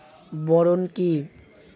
Boron কি?